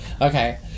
Okay